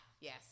yes